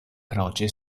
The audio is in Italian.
croce